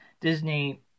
Disney